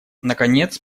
наконец